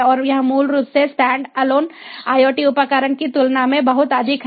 और यह मूल रूप से स्टैंड अलोन IoT उपकरणों की तुलना में बहुत अधिक है